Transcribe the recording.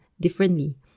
differently